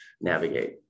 navigate